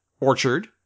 orchard